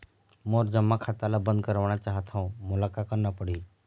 मोर जमा खाता ला बंद करवाना चाहत हव मोला का करना पड़ही?